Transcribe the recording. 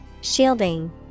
Shielding